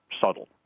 subtle